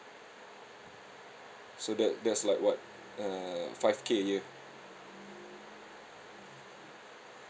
so that that's like what uh five K a year